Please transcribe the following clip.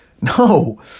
no